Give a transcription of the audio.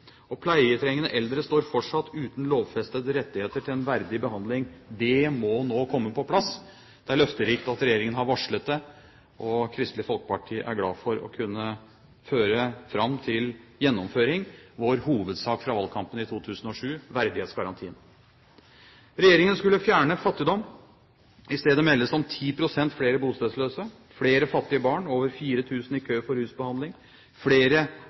Og pleietrengende eldre står fortsatt uten lovfestede rettigheter til en verdig behandling. Det må nå komme på plass. Det er løfterikt at regjeringen har varslet det. Og Kristelig Folkeparti er glad for å kunne føre fram til gjennomføring vår hovedsak fra valgkampen i 2007, verdighetsgarantien. Regjeringen skulle fjerne fattigdom. I stedet meldes det om 10 pst. flere bostedløse, flere fattige barn, over 4 000 i kø for å få rusbehandling, og flere